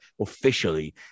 officially